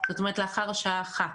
זאת אומרת לאחר השעה אחת.